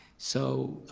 so